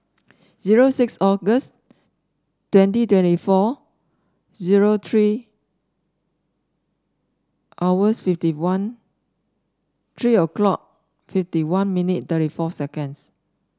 zero six August twenty twenty four zero three hours fifty one three o'clock fifty one minute thirty four seconds